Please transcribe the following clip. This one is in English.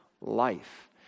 life